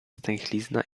stęchlizna